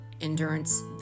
endurance